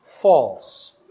false